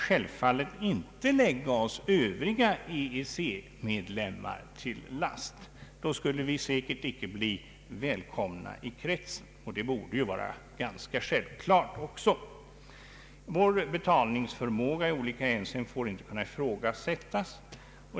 Självfallet kan vi inte lägga oss övriga EEC-medlemmar till last. Då skulle vi säkert icke bli välkomna i kretsen. Vår betalningsförmåga i olika hänseenden får inte ifrågasättas.